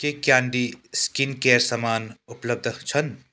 के candy skin care सामान उपलब्ध छन्